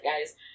guys